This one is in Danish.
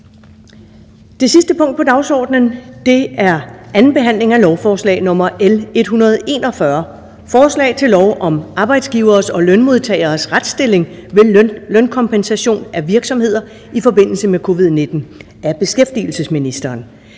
Det sidste punkt på dagsordenen er: 2) 2. behandling af lovforslag nr. L 141: Forslag til lov om arbejdsgiveres og lønmodtageres retsstilling ved lønkompensation af virksomheder i forbindelse med covid-19. Af beskæftigelsesministeren